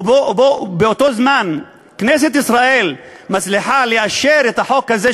ובאותו זמן כנסת ישראל מצליחה לאשר את החוק הזה,